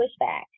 pushback